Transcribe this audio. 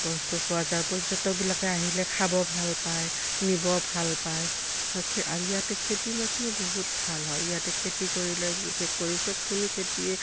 বস্তু পোৱা যায় পৰ্যটবিলাকে আহিলে খাব ভাল পায় নিব ভাল পায় আৰু ইয়াতে খেতি বাতিও বহুত ভাল হয় ইয়াতে খেতি কৰিলে বিশেষ কৰি চবখিনি খেতিয়ে